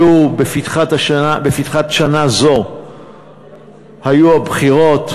בפתיחת שנה זו היו הבחירות,